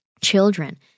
children